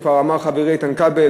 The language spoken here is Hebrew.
כבר אמר חברי איתן כבל,